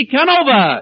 Canova